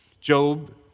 Job